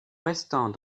restant